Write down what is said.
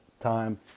time